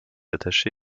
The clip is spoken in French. attaché